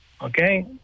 Okay